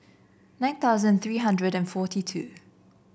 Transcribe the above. nine thousand three hundred and forty two